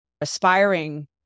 aspiring